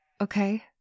okay